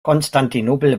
konstantinopel